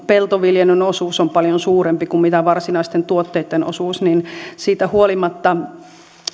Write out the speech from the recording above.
peltoviljelyn osuus on paljon suurempi kuin mitä varsinaisten tuotteitten osuus niin siitä huolimatta